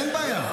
אין בעיה.